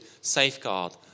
safeguard